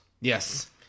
yes